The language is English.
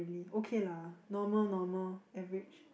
okay lah normal normal average